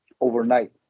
overnight